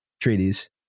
Treaties